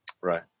Right